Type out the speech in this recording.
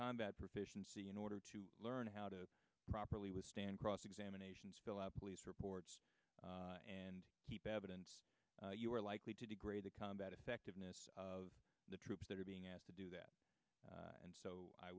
combat proficiency in order to learn how to properly withstand cross examination spell out police reports and keep evidence you are likely to degrade the combat effectiveness of the troops that are being asked to do that and so i